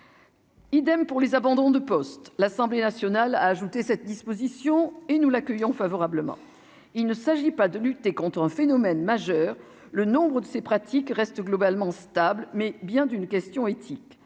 Idem pour les abandons de poste, l'Assemblée nationale, a ajouté cette disposition et nous l'accueillons favorablement, il ne s'agit pas de lutter contre un phénomène majeur : le nombre de ces pratiques restent globalement stables, mais bien d'une question éthique,